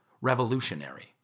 revolutionary